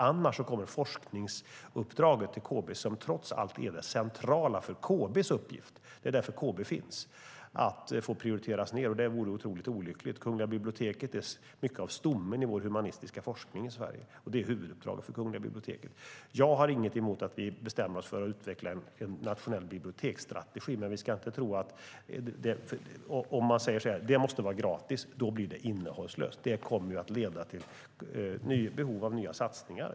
Annars måste forskningsuppdraget till KB, som trots allt är det centrala för KB:s uppgift - det är därför KB finns - prioriteras ned, och det vore otroligt olyckligt. Kungliga biblioteket är mycket av stommen i vår humanistiska forskning i Sverige. Den forskningen är huvuduppdraget för Kungliga biblioteket. Jag har inget emot att vi bestämmer oss för att utveckla en nationell biblioteksstrategi, men om den måste vara gratis blir den innehållslös. Det kommer att leda till behov av nya satsningar.